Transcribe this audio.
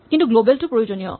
কিন্তু গ্লৱেল টো প্ৰয়োজনীয়